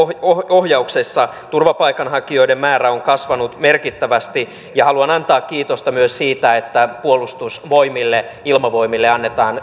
ohjauksessa turvapaikanhakijoiden määrä on kasvanut merkittävästi haluan antaa kiitosta myös siitä että puolustusvoimille ilmavoimille annetaan